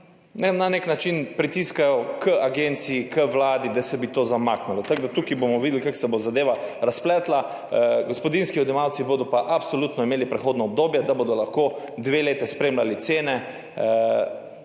na nek način pritiskajo na agencijo, na vlado, da se bi to zamaknilo, tako da bomo tukaj videli, kako se bo zadeva razpletla, gospodinjski odjemalci bodo pa absolutno imeli prehodno obdobje, da bodo lahko dve leti spremljali cene